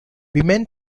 women